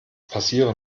passieren